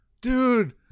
dude